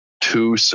two